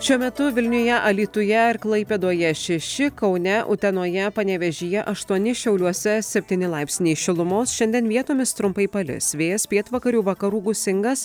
šiuo metu vilniuje alytuje ir klaipėdoje šeši kaune utenoje panevėžyje aštuoni šiauliuose septyni laipsniai šilumos šiandien vietomis trumpai palis vėjas pietvakarių vakarų gūsingas